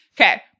Okay